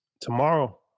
tomorrow